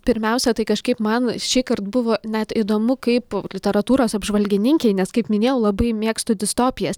pirmiausia tai kažkaip man šįkart buvo net įdomu kaip literatūros apžvalgininkei nes kaip minėjau labai mėgstu distopijas